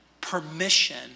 permission